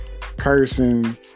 cursing